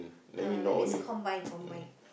ah that means combine combine